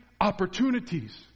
opportunities